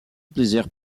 plusieurs